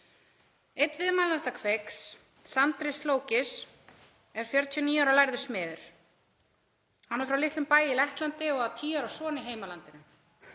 Einn viðmælenda Kveiks, Sandris Slogis, er 49 ára lærður smiður. Hann er frá litlum bæ í Lettlandi og á tíu ára son í heimalandinu.